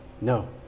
no